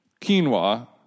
quinoa